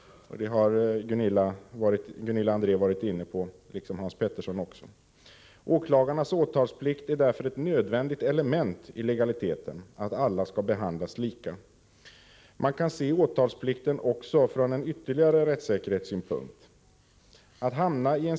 Det har Gunilla André och Hans Petersson i Röstånga varit inne på. Åklagarnas åtalsplikt är därför ett nödvändigt element i legaliteten — att alla skall behandlas lika. Man kan se åtalsplikten från ytterligare en rättssäkerhetssynpunkt.